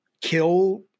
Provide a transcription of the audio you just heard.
kill